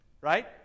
Right